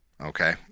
Okay